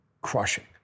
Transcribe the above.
crushing